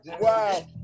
Wow